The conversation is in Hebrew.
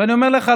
ואני אומר לך,